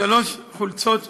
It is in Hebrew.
שלוש חולצות צבאיות,